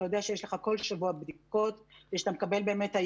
יודע שיש לך כל שבוע בדיקות שאתה מקבל באמת.